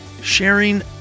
sharing